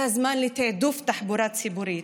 זה הזמן לתעדוף תחבורה ציבורית.